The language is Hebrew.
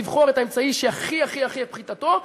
לבחור את האמצעי שהכי הכי הכי פחותה פגיעתו,